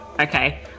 Okay